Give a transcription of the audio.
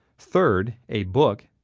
third, a book,